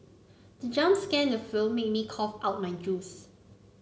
the jump scare the film made me cough out my juice